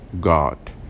god